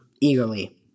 eagerly